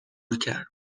کرد